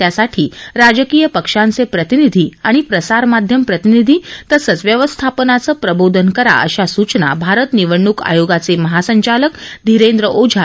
त्यासाठी राजकीय पक्षांचे प्रतिनिधी आणि प्रसारमाध्यम प्रतिनिधी आणि व्यवस्थापननाचं प्रबोधन करा अशा सूचना भारत निवडणूक आयोगाचे महासंचालक धीरेंद्र ओझा यांनी दिल्या